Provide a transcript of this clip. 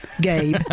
Gabe